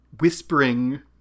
whispering